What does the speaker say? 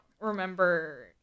remember